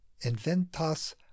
inventas